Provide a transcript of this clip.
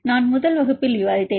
நான் முதல் வகுப்பில் விவாதித்தேன்